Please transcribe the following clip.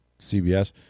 CBS